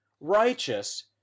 Righteous